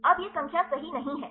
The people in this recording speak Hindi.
अब यह संख्या सही नहीं है